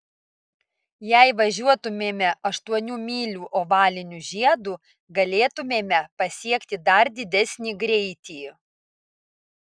jei važiuotumėme aštuonių mylių ovaliniu žiedu galėtumėme pasiekti dar didesnį greitį